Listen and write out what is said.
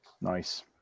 Nice